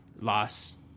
loss